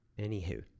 Anywho